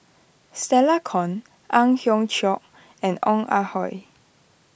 Stella Kon Ang Hiong Chiok and Ong Ah Hoi